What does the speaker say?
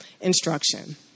instruction